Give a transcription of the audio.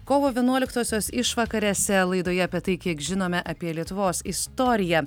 kovo vienuoliktosios išvakarėse laidoje apie tai kiek žinome apie lietuvos istoriją